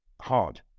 hard